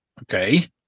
Okay